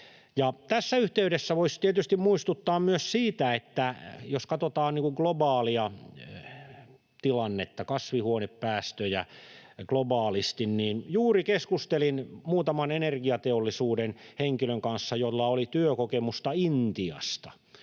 Tässä yhteydessä voisi tietysti muistuttaa myös siitä, että jos katsotaan globaalia tilannetta, kasvihuonepäästöjä globaalisti, niin juuri keskustelin muutaman energiateollisuuden henkilön kanssa, joilla oli työkokemusta Intiasta.